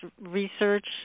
research